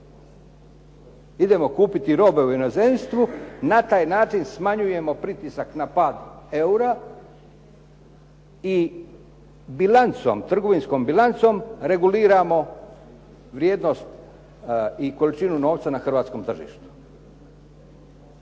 Idemo kupiti robe u inozemstvu, na taj način smanjujemo pritisak na pad eura i bilancom, trgovinskom bilancom reguliramo vrijednost i količinu novca na hrvatskom tržištu.